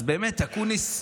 אז באמת, אקוניס,